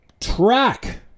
track